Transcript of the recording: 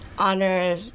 honor